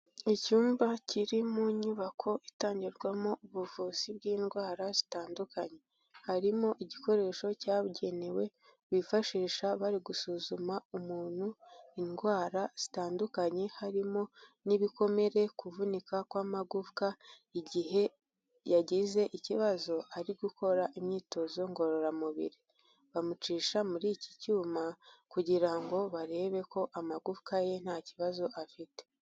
Icyumba kiri mu nyubako itangirwamo ubuvuzi bw'indwara zitandukanye. Harimo igikoresho cyabugenewe, bifashisha bari gusuzuma umuntu indwara zitandukanye, harimo nk'ibikomere, kuvunika kw'amagufwa igihe yagize ikibazo ari gukora imyitozo ngororamubiri. Bamucisha muri iki cyuma kugira ngo barebe ko amagufwa ye nta kibazo afite.